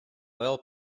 oil